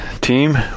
team